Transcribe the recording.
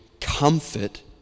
comfort